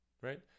right